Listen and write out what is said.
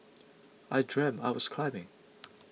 I dreamt I was climbing